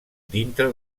dintre